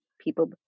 people